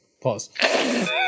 pause